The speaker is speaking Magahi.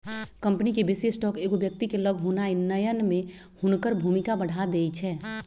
कंपनी के बेशी स्टॉक एगो व्यक्ति के लग होनाइ नयन में हुनकर भूमिका बढ़ा देइ छै